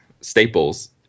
Staples